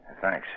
Thanks